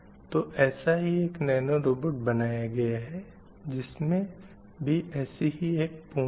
तो ऐसा ही एक नैनो रोबोट बनाया गया है जिसमें भी ऐसी ही पूँछ है